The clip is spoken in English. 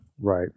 Right